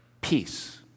peace